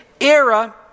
era